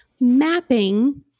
mapping